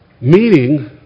Meaning